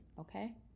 okay